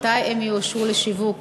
מתי הן יאושרו לשיווק,